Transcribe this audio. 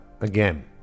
again